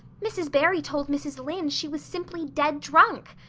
mrs. barry told mrs. lynde she was simply dead drunk.